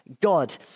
God